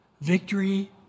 Victory